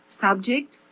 Subject